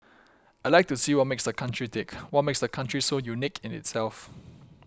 I like to see what makes the country tick what makes the country so unique in itself